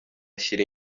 ashyira